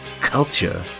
Culture